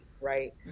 right